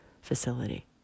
facility